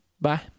bye